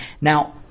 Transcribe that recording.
Now